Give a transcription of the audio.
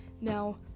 Now